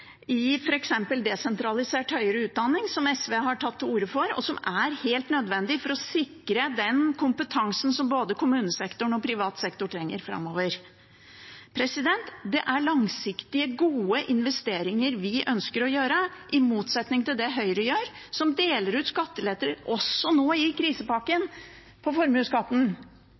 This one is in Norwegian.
desentralisert høyere utdanning, som SV har tatt til orde for, og som er helt nødvendig for å sikre den kompetansen som både kommunesektoren og privat sektor trenger framover. Vi ønsker å gjøre langsiktige og gode investeringer – i motsetning til Høyre, som deler ut skatteletter også nå i krisepakken på formuesskatten,